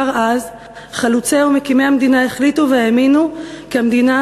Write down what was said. כבר אז חלוצי ומקימי המדינה החליטו והאמינו כי המדינה